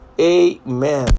Amen